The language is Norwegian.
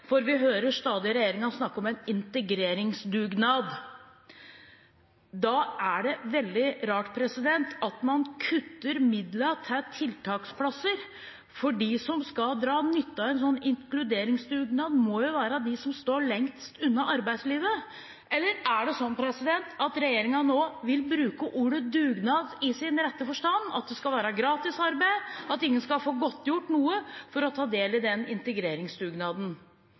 Vi hører stadig regjeringen snakke om en integreringsdugnad. Da er det veldig rart at man kutter midler til tiltaksplasser, for de som skal dra nytte av en sånn inkluderingsdugnad, må jo være de som står lengst unna arbeidslivet. Eller er det sånn at regjeringen nå vil bruke ordet «dugnad» i ordets rette forstand, at det skal være gratisarbeid, at ingen skal få godtgjort noe for å ta del i den integreringsdugnaden?